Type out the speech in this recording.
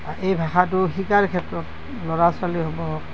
এই ভাষাটো শিকাৰ ক্ষেত্ৰত ল'ৰা ছোৱালীসমূহক